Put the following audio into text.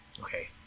Okay